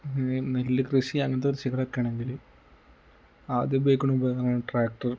ഈ നെൽക്കൃഷി അങ്ങനത്തെ കൃഷികളൊക്കെ ആണെങ്കിൽ ആദ്യം ഉപയോഗിക്കണ ഉപകരണങ്ങളാണ് ട്രാക്ടർ